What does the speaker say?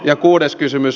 ja kuudes kysymys